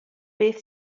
beth